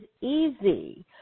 easy